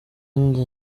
njye